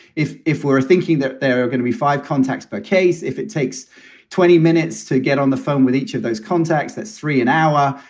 if if we're thinking that there are going to be five contacts per case, if it takes twenty minutes to get on the phone with each of those contacts, that three an hour,